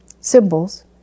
symbols